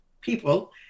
people